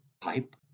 pipe